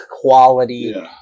quality